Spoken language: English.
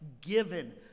given